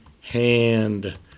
hand